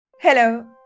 Hello